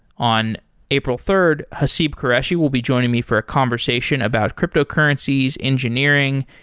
on april third, haseeb qureshi will be joining me for a conversation about cryptocurrencies, engineering,